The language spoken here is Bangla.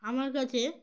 আমার কাছে